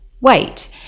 weight